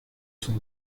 son